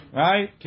right